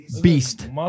Beast